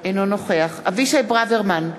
חיליק בר, אינו נוכח אבישי ברוורמן,